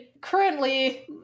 currently